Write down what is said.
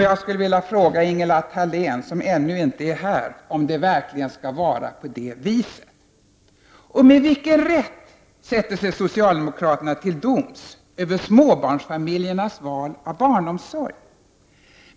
Jag skulle vilja fråga Ingela Thalén, som ännu inte är här, om det verkligen skall vara på det viset. Med vilken rätt sätter sig socialdemokraterna till doms över småbarnsfamiljernas val av barnomsorg?